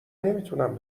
نمیتونم